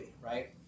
Right